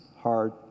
hard